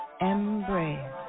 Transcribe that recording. embrace